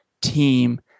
team